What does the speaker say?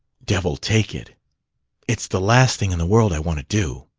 devil take it it's the last thing in the world i want to do!